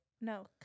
No